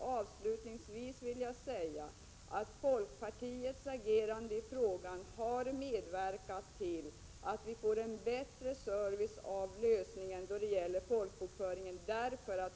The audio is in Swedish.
Avslutningsvis vill jag säga att folkpartiets agerande i frågan har medverkat till att vi får en bättre service när det gäller folkbokföringen.